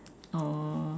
oh